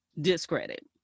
discredit